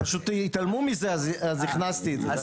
פשוט התעלמו מזה אז הכנסתי את זה.